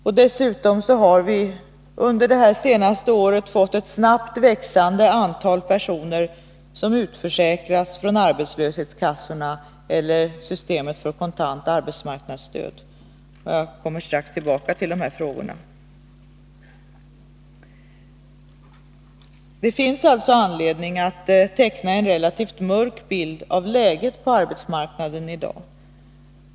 Och dessutom har vi under det senaste året fått ett snabbt växande antal personer som utförsäkras från arbetslöshetskassorna eller systemet för kontant arbetsmarknadsstöd. Jag kommer strax tillbaka till de frågorna. Det finns alltså anledning att teckna en relativt mörk bild av läget på arbetsmarknaden i dag.